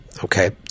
Okay